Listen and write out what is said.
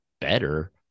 better